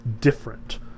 different